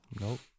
nope